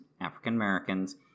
African-Americans